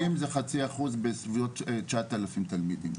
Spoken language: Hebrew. חצי אחוז, בסביבות 9,000 תלמידים.